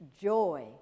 joy